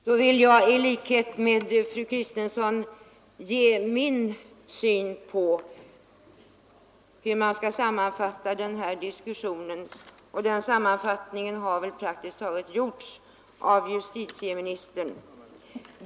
Herr talman! I likhet med fru Kristensson vill jag ge min syn på hur man skall sammanfatta denna diskussion. Denna sammanfattning har väl justitieministern praktiskt taget redan gjort.